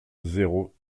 zéro